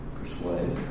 Persuade